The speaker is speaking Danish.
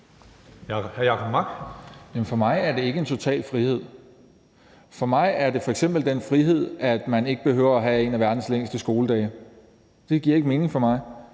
Mark (SF): Jamen for mig er det ikke en total frihed. For mig er det f.eks. den frihed, at man ikke behøver at have en af verdens længste skoledage, for det giver ikke mening for mig.